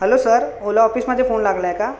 hello sir Ola ऑफिसमध्ये phone लागला आहे का